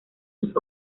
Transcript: sus